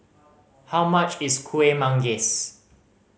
how much is Kuih Manggis